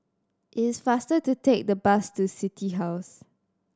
it is faster to take the bus to City House